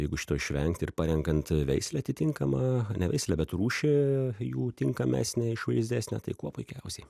jeigu šito išvengti ir parenkant veislę atitinkamą ne veislę bet rūšį jų tinkamesnę išvaizdesnę tai kuo puikiausiai